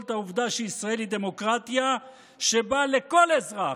את העובדה שישראל היא דמוקרטיה שבה לכל אזרח,